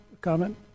comment